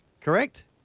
correct